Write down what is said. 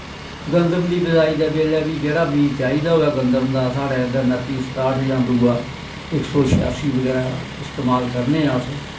गंदम दी बजाई दै बेल्लै बी जेह्ड़ा बीऽ चाही दा होऐ गंदम दा साढ़ै इध्दर नत्ती सताह्ट जां दूआ इक सौ शयासी बगैरा इस्तेमात करने आं अस